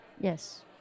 Yes